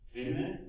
Amen